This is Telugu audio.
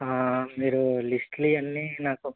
మీరు లిస్ట్లో ఇవన్నీ నాకు